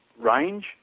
range